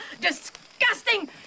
disgusting